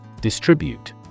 Distribute